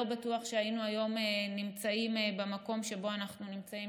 לא בטוח שהיינו נמצאים היום במקום שבו אנחנו נמצאים,